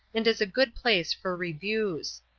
and is a good place for reviews.